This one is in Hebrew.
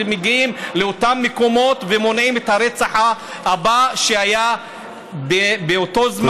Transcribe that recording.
היו מגיעים לאותם מקומות ומונעים את הרצח הבא שהיה באותו זמן,